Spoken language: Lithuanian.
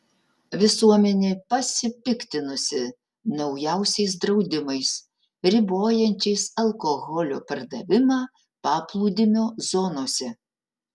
visuomenė pasipiktinusi naujausiais draudimais ribojančiais alkoholio pardavimą paplūdimio zonose